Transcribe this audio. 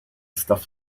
stuff